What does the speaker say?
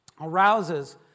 Arouses